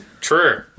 True